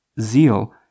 Zeal